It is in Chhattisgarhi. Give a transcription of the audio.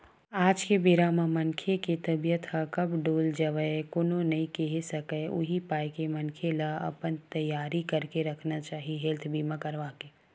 आज के बेरा म मनखे के तबीयत ह कब डोल जावय कोनो नइ केहे सकय उही पाय के मनखे ल अपन तियारी करके रखना चाही हेल्थ बीमा करवाके